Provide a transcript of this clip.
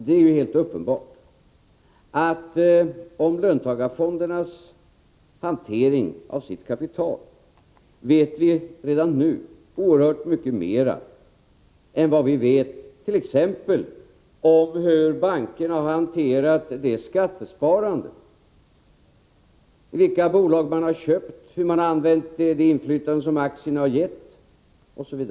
Det är alldeles uppenbart att vi redan nu vet oerhört mycket mer om löntagarfondernas hantering av sitt kapital än vi t.ex. vet om hur bankerna har hanterat skattesparandet — i vilka bolag man har köpt, hur man har använt det inflytande aktierna har gett osv.